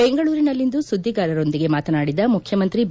ಬೆಂಗಳೂರಿನಲ್ಲಿಂದು ಸುದ್ದಿಗಾರರೊಂದಿಗೆ ಮಾತನಾಡಿದ ಮುಖ್ಯಮಂತ್ರಿ ಬಿ